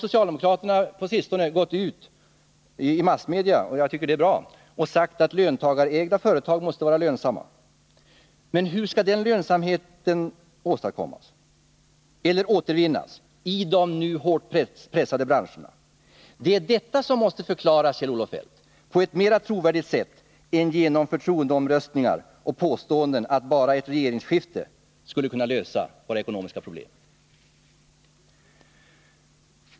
— Socialdemokraterna har på sistone gått ut i massmedia och sagt att löntagarägda företag måste vara lönsamma — och det är bra — men hur skall den lönsamheten åstadkommas eller återvinnas i de nu hårt pressade branscherna? Det är detta som måste förklaras, Kjell-Olof Feldt, på ett mera trovärdigt sätt än genom förtroendeomröstningar och påståenden, att bara ett regeringsskifte skulle kunna lösa våra ekonomiska problem.